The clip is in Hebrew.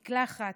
מקלחת.